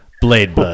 Blade